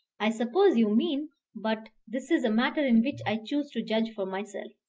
i suppose you mean but this is a matter in which i choose to judge for myself.